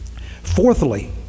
Fourthly